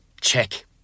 Check